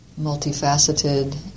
multifaceted